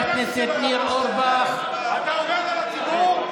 ניר אורבך, אני קורא אותך לסדר פעם